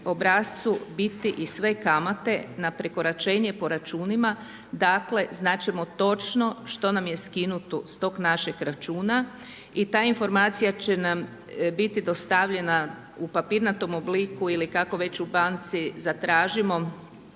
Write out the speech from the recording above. obrascu biti i sve kamate na prekoračenje po računima, dakle znat ćemo točno što nam je skinuto s tog našeg računa i ta informacija će nam biti dostavljena u papirnatom obliku ili kako već u banci zatražimo